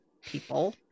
people